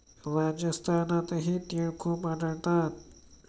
राजस्थानातही तिळ खूप आढळतात